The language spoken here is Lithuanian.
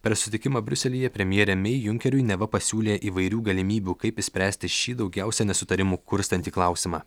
per susitikimą briuselyje premjerė mei junkeriui neva pasiūlė įvairių galimybių kaip išspręsti šį daugiausia nesutarimų kurstantį klausimą